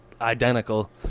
identical